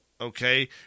Okay